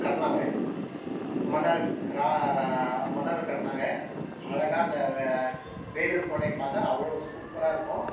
கட்டினாங்க மன்னர்கள் ரா ரா மன்னர்கள் கட்டினாங்க அழகாக அந்த வேலூர் கோட்டையை பார்த்தா அவ்வளோ சூப்பராக இருக்கும்